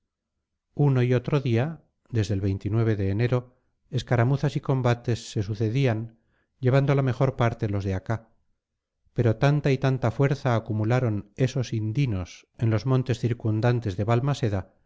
uno y otro día desde el de enero escaramuzas y combates se sucedían llevando la mejor parte los de acá pero tanta y tanta fuerza acumularon esos indinos en los montes circundantes de balmaseda